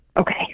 Okay